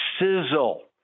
sizzle